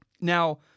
Now